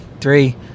Three